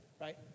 Right